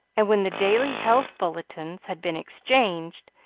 and when the daily health bulletins had been exchanged,